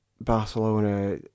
Barcelona